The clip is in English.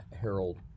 Harold